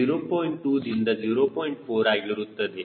4 ಆಗಿರುತ್ತದೆ